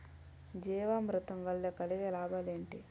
జీవామృతం వల్ల కలిగే లాభాలు ఏంటి?